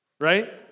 right